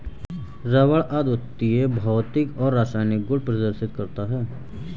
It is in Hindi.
रबर अद्वितीय भौतिक और रासायनिक गुण प्रदर्शित करता है